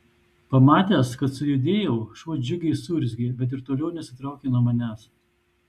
pamatęs kad sujudėjau šuo džiugiai suurzgė bet ir toliau nesitraukė nuo manęs